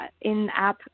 in-app